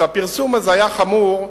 שהפרסום הזה היה חמור,